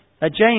James